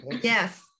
Yes